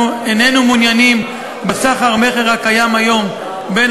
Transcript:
אנחנו איננו מעוניינים בסחר-מכר הקיים היום בין